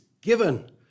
given